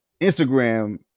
Instagram